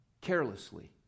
carelessly